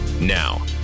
Now